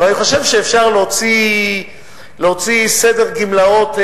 אבל אני חושב שאפשר להוציא סדר גמלאות,